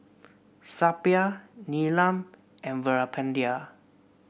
Suppiah Neelam and Veerapandiya